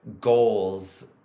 goals